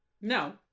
No